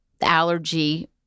allergy